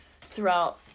throughout